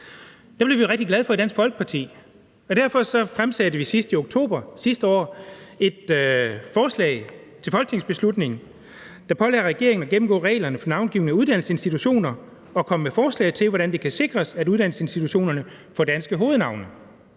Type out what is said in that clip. Det blev vi rigtig glade for i Dansk Folkeparti, og derfor fremsatte vi sidst i oktober sidste år et forslag til folketingsbeslutning, der pålagde regeringen at gennemgå reglerne for navngivning af uddannelsesinstitutioner og komme med forslag til, hvordan det kan sikres, at uddannelsesinstitutionerne får danske hovednavne.